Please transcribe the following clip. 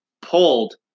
pulled